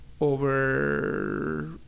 over